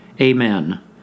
amen